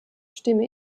stimme